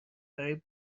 برای